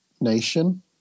nation